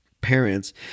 parents